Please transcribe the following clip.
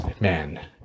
Man